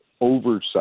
oversight